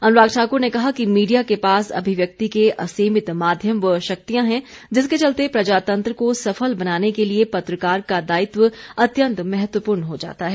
अनुराग ठाकुर ने कहा कि मीडिया के पास अभिव्यक्ति के असीमित माध्यम व शक्तियां हैं जिसके चलते प्रजातंत्र को सफल बनाने के लिए पत्रकार का दायित्व अत्यंत महत्वपूर्ण हो जाता है